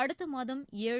அடுத்த மாதம் ஏழு